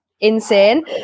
insane